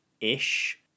ish